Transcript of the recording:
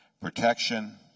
protection